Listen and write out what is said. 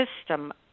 system